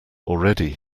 already